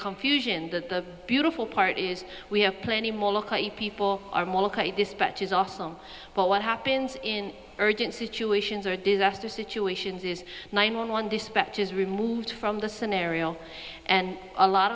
confusion the beautiful part is we have plenty more people this but it's awesome but what happens in urgent situations are disaster situations is nine one one dispatches removed from the scenario and a lot